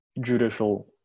judicial